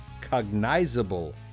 cognizable